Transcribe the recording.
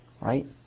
right